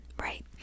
right